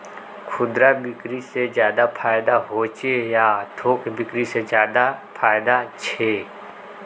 खुदरा बिक्री से ज्यादा फायदा होचे या थोक बिक्री से ज्यादा फायदा छे?